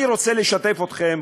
אני רוצה לשתף אתכם,